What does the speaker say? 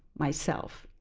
myself.